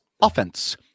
Offense